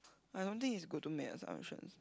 I don't think it's good to make assumptions